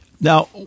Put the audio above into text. Now